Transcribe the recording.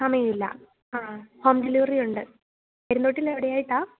സമയം ഇല്ല ആ ഹോം ഡെലിവറി ഉണ്ട് പെരുന്തോട്ടിയിൽ എവിടെ ആയിട്ടാണ്